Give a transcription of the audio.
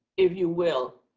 if you will,